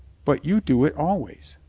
but you do it always.